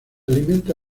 alimenta